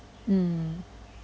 mm